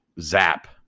Zap